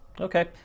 Okay